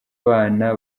abana